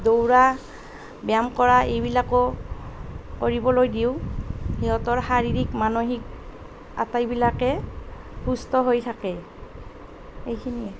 দৌৰা ব্যায়াম কৰা এইবিলাকো কৰিবলৈ দিওঁ সিহঁতৰ শাৰীৰিক মানসিক আটাইবিলাকে সুস্থ হৈ থাকে এইখিনিয়েই